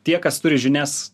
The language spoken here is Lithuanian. tie kas turi žinias